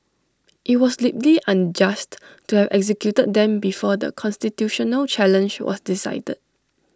IT was deeply unjust to have executed them before the constitutional challenge was decided